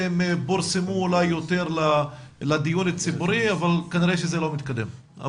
פורסמו אולי יותר לדיון הציבורי אבל כנראה זה לא מתקדם.